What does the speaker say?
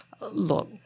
Look